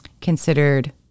considered